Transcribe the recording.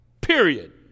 period